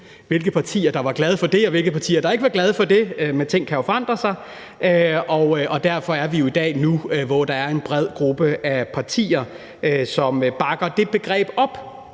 hvilke partier der var glade for det, og hvilke partier der ikke var glade for det, men ting kan jo forandre sig. Derfor er vi jo i dag nu der, hvor der er en bred gruppe af partier, som bakker det begreb op,